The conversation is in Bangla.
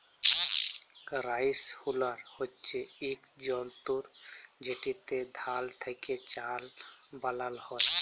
রাইসহুলার হছে ইকট যল্তর যেটতে ধাল থ্যাকে চাল বালাল হ্যয়